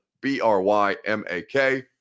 B-R-Y-M-A-K